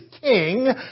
king